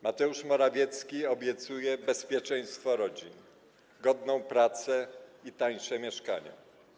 Mateusz Morawiecki obiecuje bezpieczeństwo rodzin, godną pracę i tańsze mieszkania.